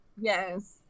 Yes